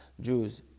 Jews